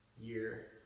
year